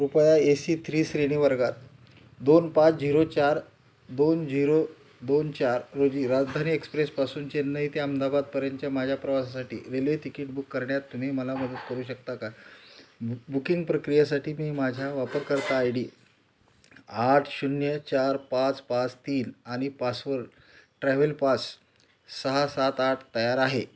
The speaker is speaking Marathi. कृपया ए सी थ्री श्रेणीवर्गात दोन पाच झिरो चार दोन झिरो दोन चार रोजी राजधानी एक्सप्रेसपासून चेन्नई ते अहमदाबादपर्यंत माझ्या प्रवासासाठी रेल्वे तिकीट बुक करण्यात तुम्ही मला मदत करू शकता का बु बुकिंग प्रक्रियासाठी मी माझ्या वापरकर्ता आय डी आठ शून्य चार पाच पाच तीन आणि पासवर्ड ट्रॅवलपास सहा सात आठ तयार आहे